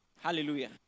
Hallelujah